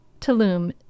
Tulum